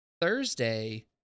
Thursday